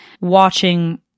watching